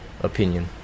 opinion